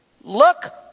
Look